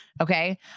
Okay